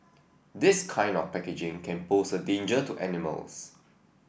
this kind of packaging can pose a danger to animals